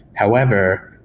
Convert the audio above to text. however,